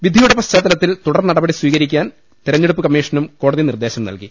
വിധിയുടെ പശ്ചാത്തലത്തിൽ തുടർ നടപടി സ്വീകരിക്കാൻ തെരഞ്ഞെടുപ്പ് കമ്മീഷനും കോ ടതി നിർദേശം നൽകി